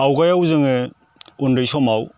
आवगायाव जोंङो उन्दै समाव